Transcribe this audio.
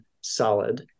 solid